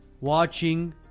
watching